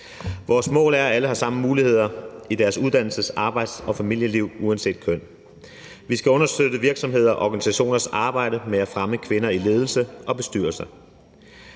Vores mål er, at alle har samme muligheder i deres uddannelses-, arbejds- og familieliv uanset køn. Vi skal understøtte virksomheders og organisationers arbejde med at fremme kvinder i ledelse og bestyrelser.